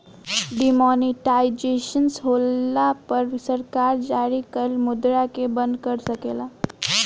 demonetisation होला पर सरकार जारी कइल मुद्रा के बंद कर सकेले